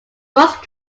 most